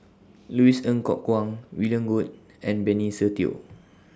Louis Ng Kok Kwang William Goode and Benny Se Teo